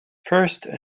first